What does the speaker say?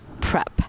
prep